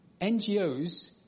NGOs